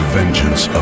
vengeance